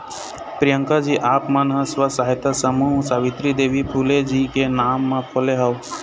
प्रियंकाजी आप मन ह स्व सहायता समूह सावित्री देवी फूले जी के नांव म खोले हव